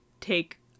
take